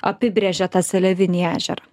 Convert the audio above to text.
apibrėžia tą seliavinį ežerą